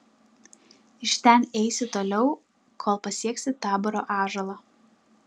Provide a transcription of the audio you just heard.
iš ten eisi toliau kol pasieksi taboro ąžuolą